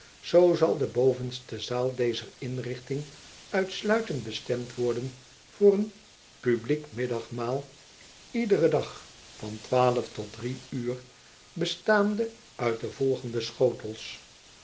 zoo zal de bovenste zaal dezer inrichting uitsluitend bestemd worden voor een publiek middagmaal iederen dag van tot uur bestaande uit de volgende schotels